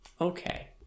Okay